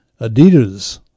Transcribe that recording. Adidas